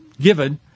given